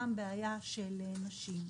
יש גם בעיה של נשים.